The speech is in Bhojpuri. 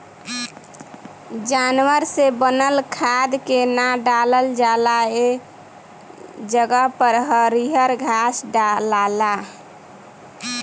जानवर से बनल खाद के ना डालल जाला ए जगह पर हरियर घास डलाला